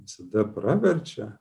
visada praverčia